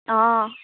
অঁ